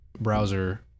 browser